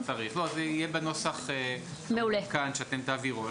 זה יהיה בנוסח המעודכן שאתם תעבירו.